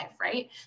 right